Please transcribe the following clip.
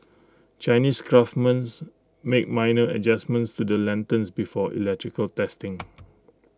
Chinese craftsmen make minor adjustments to the lanterns before electrical testing